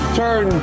turn